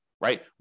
right